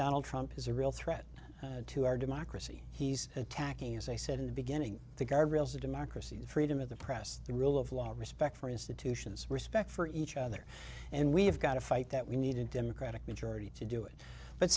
donald trump is a real threat to our democracy he's attacking as i said in the beginning the guardrails of democracy freedom of the press the rule of law respect for institutions respect for each other and we have got to fight that we needed democratic majority to do it but